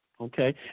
okay